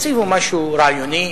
תקציב הוא משהו רעיוני,